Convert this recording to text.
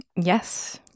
Yes